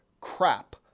crap